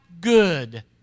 good